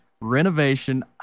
renovation